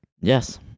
Yes